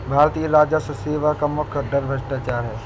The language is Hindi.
भारतीय राजस्व सेवा का मुख्य डर भ्रष्टाचार है